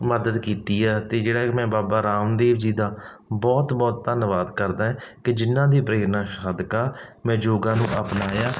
ਮਦਦ ਕੀਤੀ ਆ ਅਤੇ ਜਿਹੜਾ ਮੈਂ ਬਾਬਾ ਰਾਮਦੇਵ ਜੀ ਦਾ ਬਹੁਤ ਬਹੁਤ ਧੰਨਵਾਦ ਕਰਦਾ ਕਿ ਜਿਹਨਾਂ ਦੀ ਪ੍ਰੇਰਨਾ ਸਦਕਾ ਮੈਂ ਯੋਗਾ ਨੂੰ ਅਪਣਾਇਆ